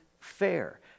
fair